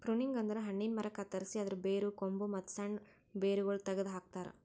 pruning ಅಂದುರ್ ಹಣ್ಣಿನ ಮರ ಕತ್ತರಸಿ ಅದರ್ ಬೇರು, ಕೊಂಬು, ಮತ್ತ್ ಸಣ್ಣ ಬೇರಗೊಳ್ ತೆಗೆದ ಹಾಕ್ತಾರ್